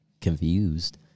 confused